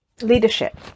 leadership